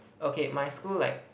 okay my school like